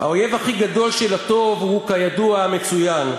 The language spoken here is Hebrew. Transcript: האויב הכי גדול של הטוב הוא כידוע המצוין.